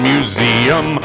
Museum